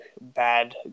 bad